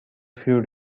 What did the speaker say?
few